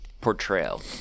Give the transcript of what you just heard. portrayal